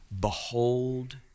Behold